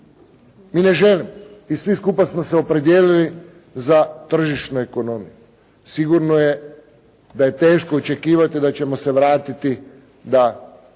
i ne želim i svi skupa smo se opredijelili za tržišnu ekonomiju, sigurno je da je teško očekivati da ćemo se vratiti da